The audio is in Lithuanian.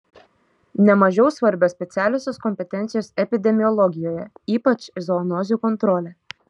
ne mažiau svarbios specialiosios kompetencijos epidemiologijoje ypač zoonozių kontrolė